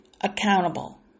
accountable